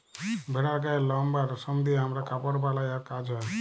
ভেড়ার গায়ের লম বা রেশম দিয়ে হামরা কাপড় বালাই আর কাজ হ্য়